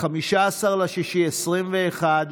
15 ביוני 2021,